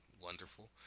wonderful